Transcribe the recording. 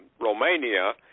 Romania